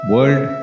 World